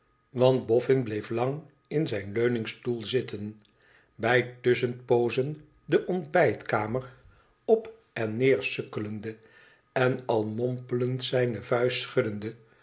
want boffin bleef lang in zijn leuningstoel zitten bij tusschenoozen de ontbijtkamer op en neer sukkelende en al mompelend zijne vuist schuddende